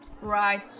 Right